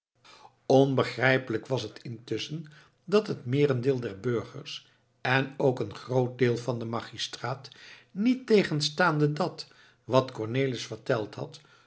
onbegrijpelijk was het intusschen dat het meerendeel der burgers en ook een groot deel van den magistraat niettegenstaande dat wat cornelis verteld had